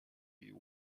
you